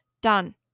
Done